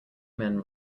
men